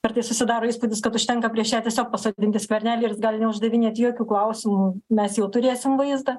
kartais susidaro įspūdis kad užtenka prieš ją tiesiog pasodinti skvernelį ir neuždavinėti jokių klausimų mes jau turėsim vaizdą